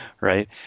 right